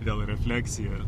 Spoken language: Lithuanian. vėl refleksija